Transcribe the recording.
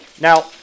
Now